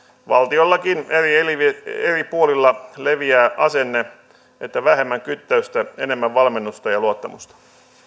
valtiollakin eri puolilla leviää asenne että on vähemmän kyttäystä enemmän valmennusta ja luottamusta